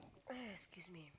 excuse me